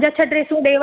पंजे सै